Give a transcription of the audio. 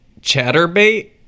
Chatterbait